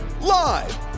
Live